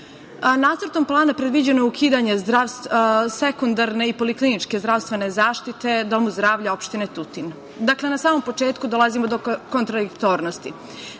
plana predviđeno je ukidanje sekundarne i polikliničke zdravstvene zaštite Domu zdravlja opštine Tutin. Dakle, na samom početku dolazimo do kontradiktornosti.